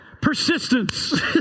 Persistence